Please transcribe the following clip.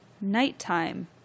Nighttime